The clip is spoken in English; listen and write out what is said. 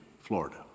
Florida